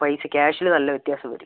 പൈസ ക്യാഷിൽ നല്ല വ്യത്യാസം വരും